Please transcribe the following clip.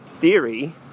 theory